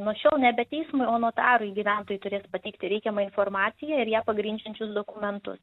nuo šiol nebe teismui o notarui gyventojai turės pateikti reikiamą informaciją ir ją pagrindžiančius dokumentus